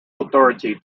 authority